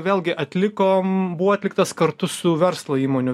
vėlgi atlikom buvo atliktas kartu su verslo įmonių